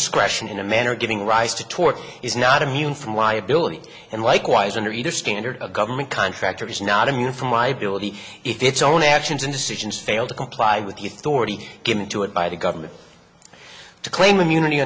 discretion in a manner giving rise to torture is not immune from liability and likewise under either standard a government contractor is not immune from liability if its own actions and decisions fail to comply with the authority given to it by the government to claim unity